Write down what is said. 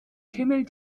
schimmel